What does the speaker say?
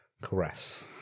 caress